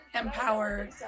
empower